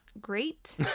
great